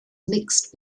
mixed